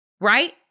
right